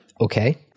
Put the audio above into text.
Okay